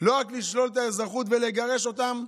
לא רק לשלול את האזרחות ולגרש אותם,